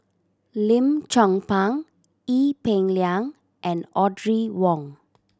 Lim Chong Pang Ee Peng Liang and Audrey Wong